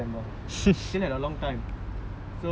and the day of pain was nine september